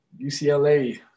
UCLA